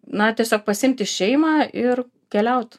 na tiesiog pasiimti šeimą ir keliaut